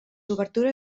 obertures